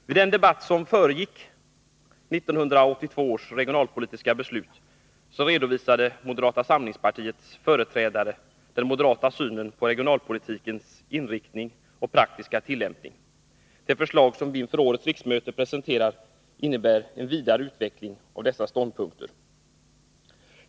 Vid den debatt som föregick 1982 års regionalpolitiska beslut redovisade moderata samlingspartiets företrädare den moderata synen på regionalpolitikens inriktning och praktiska tillämpning. De förslag som vi inför årets riksmöte presenterar innebär en vidare utveckling av dessa ståndpunkter.